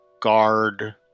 guard